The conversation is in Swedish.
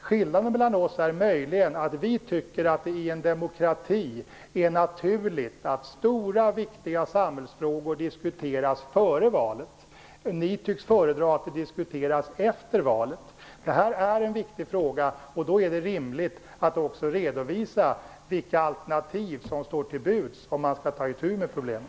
Skillnaden mellan oss är möjligen att vi tycker att det i en demokrati är naturligt att stora, viktiga samhällsfrågor diskuteras före valet. Ni tycks föredra att de diskuteras efter valet. Detta är en viktig fråga. Då är det rimligt att också redovisa vilka alternativ som står till buds, om man skall ta itu med problemet.